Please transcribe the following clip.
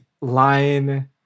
line